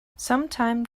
sometime